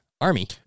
army